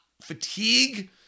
Fatigue